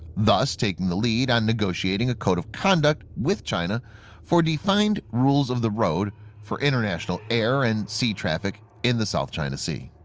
thus taking the lead on negotiating a code of conduct with china for defined rules of the road for international air and sea traffic in the south china sea.